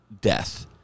death